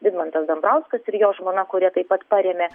vidmantas dambrauskas ir jo žmona kurie taip pat parėmė